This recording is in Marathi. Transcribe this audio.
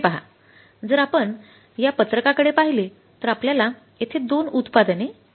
हे पहा जर आपण या पत्रकाकडे पाहिले तर आपल्याला येथे दोन उत्पादने दिली गेली आहेत